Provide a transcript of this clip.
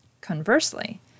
Conversely